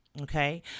Okay